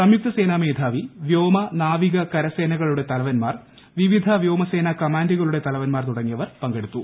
സംയുക്ത സേനാ മേധാവി വ്യോമ നാവിക കരസേനക്ളുടെ തലവന്മാർ വിവിധ വ്യോമസേനാ കമാൻഡുകളുടെ തലവുമ്മാർ ്തുടങ്ങിയവർ പങ്കെടുത്തു